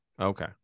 Okay